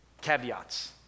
caveats